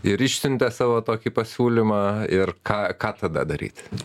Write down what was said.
ir išsiuntė savo tokį pasiūlymą ir ką ką tada daryti